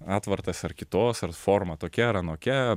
atvartas ar kitos ar forma tokia ar anokia